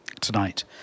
tonight